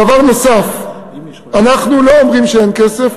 דבר נוסף, אנחנו לא אומרים שאין כסף.